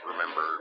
remember